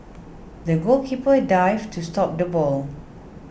the goalkeeper dived to stop the ball